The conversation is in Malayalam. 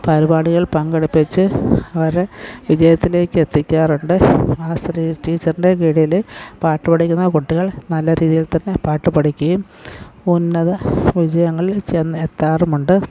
പരിപാടിയിൽ പങ്കെടുപ്പിച്ച് അവരെ വിജയത്തിലേക്ക് എത്തിക്കാറുണ്ട് ആ ശ്രീ ടീച്ചറിൻ്റെ കീഴിൽ പാട്ടു പഠിക്കുന്ന കുട്ടികൾ നല്ല രീതിയിൽ തന്നെ പാട്ടു പഠിക്കുകയും ഉന്നത വിജയങ്ങളിൽ ചെന്നെത്താറുമുണ്ട്